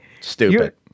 Stupid